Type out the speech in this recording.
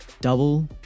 double